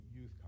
Youth